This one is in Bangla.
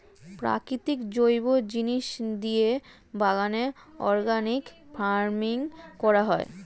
প্রাকৃতিক জৈব জিনিস দিয়ে বাগানে অর্গানিক ফার্মিং করা হয়